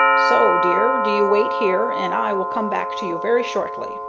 so, dear, do you wait here, and i will come back to you very shortly.